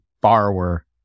borrower